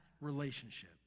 relationship